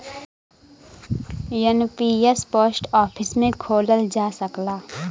NPS post office में खोलल जा सकला